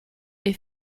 est